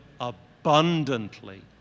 abundantly